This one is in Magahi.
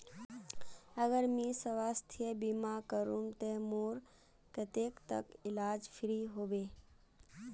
अगर मुई स्वास्थ्य बीमा करूम ते मोर कतेक तक इलाज फ्री होबे?